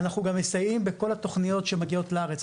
אנחנו גם מסייעים בכל התוכניות שמגיעות לארץ,